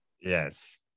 Yes